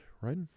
right